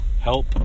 help